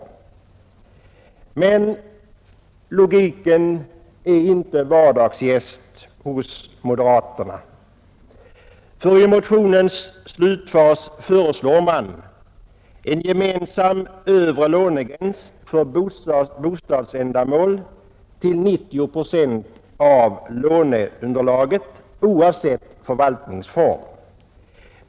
Men logiken är inte vardagsgäst hos moderaterna; i motionens slutfas föreslår man nämligen som gemensam övre lånegräns för bostadsändamål 90 procent av låneunderlaget, oavsett förvaltningsform.